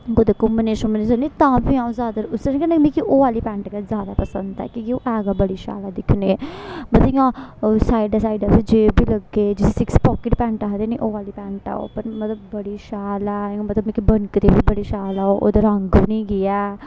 कुदै घुम्मने छुम्मने जन्नी तां बी आ'ऊं ज्यादातर मिगी ओह् आह्ली पैंट गै ज्यादा पंसद ऐ की गी ओह् ऐ गै बड़ी शैल ऐ दिक्खने मतलब इ'यां साइडै साइडै उसी जेब बी लग्गे जिसी सिक्स पाकेट पैंट आखदे ना ओह् आह्ली पैंट ऐ ओह् मतलब बड़ी शैल ऐ मतलब मिकी बनकदी बी बड़ी शैल ऐ ओह् ओह्दा रंग बी नी गेआ ऐ